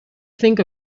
think